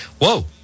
Whoa